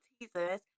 teasers